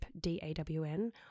D-A-W-N